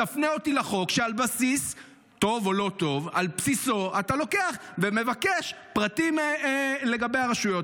תפנה אותי לחוק שעל בסיסו אתה לוקח ומבקש פרטים לגבי הרשויות.